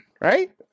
right